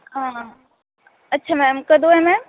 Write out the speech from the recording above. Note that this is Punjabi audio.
ਹਾਂ ਅੱਛਾ ਮੈਮ ਕਦੋਂ ਹੈ ਮੈਮ